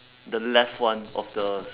the left one of the